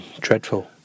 dreadful